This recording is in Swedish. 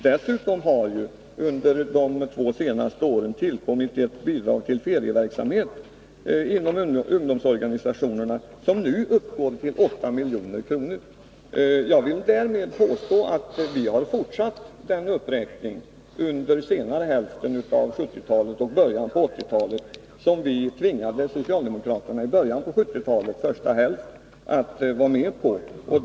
Dessutom har det under de två senaste åren tillkommit ett bidrag till ferieverksamhet inom ungdomsorganisationerna som nu uppgår till 8 milj.kr. Jag vill därmed påstå att vi under senare hälften av 1970-talet och början av 1980-talet har fortsatt den uppräkning som vi tvingade socialdemokraterna att gå med på under 1970-talets första hälft.